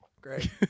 Great